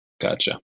Gotcha